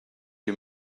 you